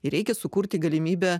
ir reikia sukurti galimybę